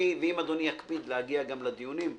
ואם אדוני יקפיד להגיע גם לדיונים -- הבטחה.